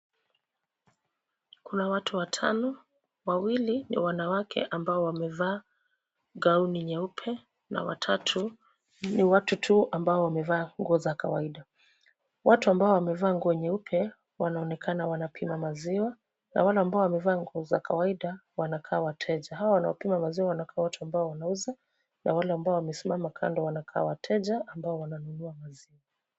Kuna watu watano wawili ni wanawake ambao wamevaa gauni nyeupe na watatu ni watu tu ambao wamevaa nguo za kawaida, watu ambao wamevaa nguo nyeupe wanaonekana wanapima maziwa, na wale ambao wamevaa nguo za kawaida wanakaa wateja hawa wanaopima maziwa wanakaa watu ambao wanauza na wale ambao wamesima kando wanakaa wateja ambao wananunua maziwa.